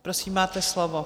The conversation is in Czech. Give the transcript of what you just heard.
Prosím, máte slovo.